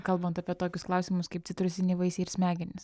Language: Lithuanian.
kalbant apie tokius klausimus kaip citrusiniai vaisiai ir smegenys